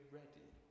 ready